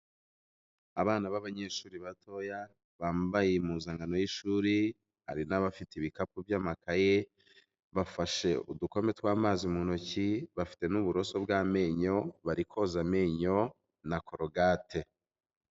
Abana b'abanyeshuri batoya bambaye impuzankano y'ishuri, hari n'abafite ibikapu by'amakaye, bafashe udukombe tw'amazi mu ntoki, bafite n'uburoso bw'amenyo, bari koza amenyo na korogate.